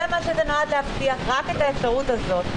זה מה שזה נועד להבטיח, רק את האפשרות הזאת.